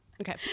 okay